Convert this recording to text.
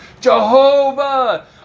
Jehovah